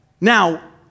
Now